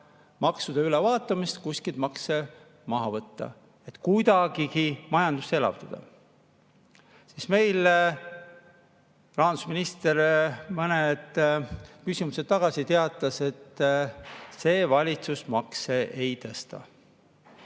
maksude ülevaatamist, et kuskilt makse maha võtta, et kuidagi majandust elavdada. Meil rahandusminister mõned küsimused tagasi teatas, et see valitsus makse ei tõsta.